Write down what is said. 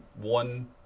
one